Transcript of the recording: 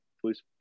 please